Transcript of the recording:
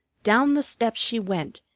down the steps she went,